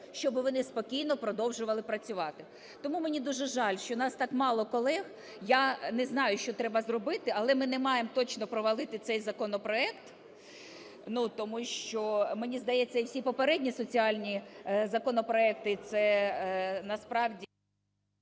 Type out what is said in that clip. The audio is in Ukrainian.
щоб вони спокійно продовжували працювати. Тому мені дуже жаль, що у нас так мало колег. Я не знаю, що треба зробити, але ми не маємо точно провалити цей законопроект, ну, тому що, мені здається, і всі попередні соціальні законопроекти, це…